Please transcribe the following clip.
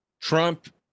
Trump